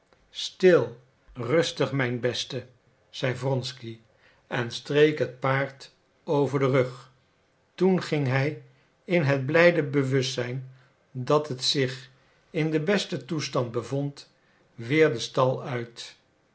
stil rustig mijn beste zeide wronsky en streek het paard over den rug toen ging hij in het blijde bewustzijn dat het zich in den besten toestand bevond weer den stal uit